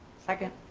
second.